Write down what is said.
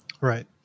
Right